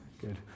good